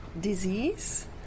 disease